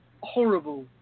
horrible